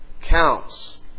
counts